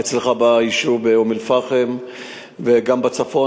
אצלך ביישוב אום-אלפחם וגם בצפון.